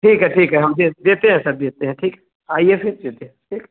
ठीक है ठीक है हम देख देते हैं सर देते हैं ठीक है आइए फ़िर देते हैं ठीक